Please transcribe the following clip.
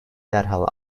derhal